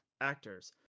actors